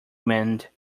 mend